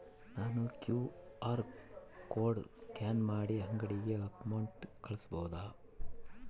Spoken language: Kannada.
ನಾನು ಕ್ಯೂ.ಆರ್ ಕೋಡ್ ಸ್ಕ್ಯಾನ್ ಮಾಡಿ ಅಂಗಡಿಗೆ ಅಮೌಂಟ್ ಕಳಿಸಬಹುದಾ?